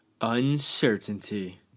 Uncertainty